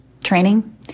training